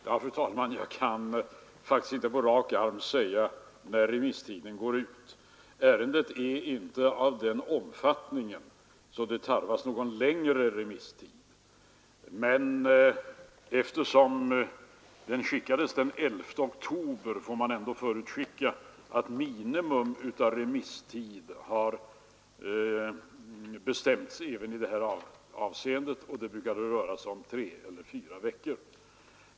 Fru talman! Jag kan faktiskt inte på rak arm säga när remisstiden går ut. Ärendet är inte av den omfattningen att det tarvas någon längre remisstid. Det skickades ut på remiss den 11 oktober. Jag förutskickar att minimum av remisstid har bestämts även i det här fallet, och det brukar röra sig om tre eller fyra veckor.